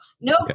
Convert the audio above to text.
no